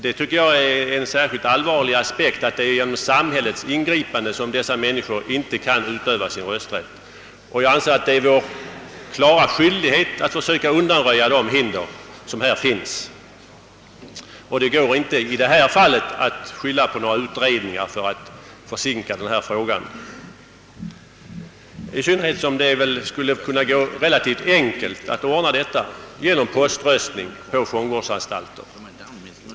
Jag tycker det är en särskilt allvarlig aspekt att det är genom samhällets ingripande som dessa människor inte kan utöva sin rösträtt, och jag anser att det är vår klara skyldighet att försöka undanröja de hinder som finns härvidlag. Det går ju i detta fall inte att skylla på några utredningar för att försinka en lösning av frågan, i synnerhet som det väl skulle vara möjligt att ordna saken relativt enkelt genom poströstning på fångvårdsanstalterna.